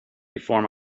before